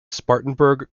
spartanburg